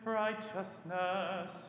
righteousness